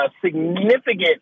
significant